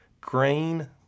Grain